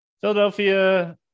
Philadelphia